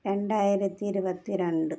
രണ്ടായിരത്തി ഇരുപത്തി രണ്ട്